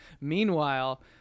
Meanwhile